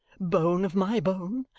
bone of my bone,